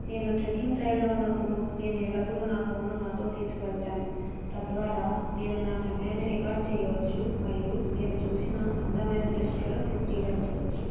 నేను ట్రెక్కింగ్ ట్రైల్లో ఉన్నప్పుడు నేను ఎల్లప్పుడూ నా ఫోన్ను నాతో తీసుకువెళ్తాను తద్వారా నేను నా సమయాన్ని రికార్డ్ చేయవచ్చు మరియు నేను చూసిన అందమైన దృశ్యాలను చిత్రీకరించవచ్చు